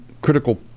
critical